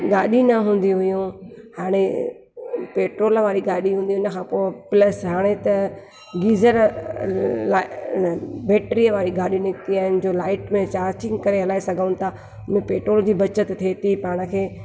गाॾी न हुंदियूं हुयूं हाणे पेट्रोल वारी गाॾियूं हूंदियूं हुयूं इन खां पोइ प्लस हाणे त गीज़र बैटिरीअ वारी गाॾी निकिती आहिनि जो लाईट में चार्जिंग कराए हलाए सघूं था पेट्रोल जी बचति थिए थी पाण खे